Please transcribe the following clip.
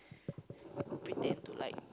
pretend to like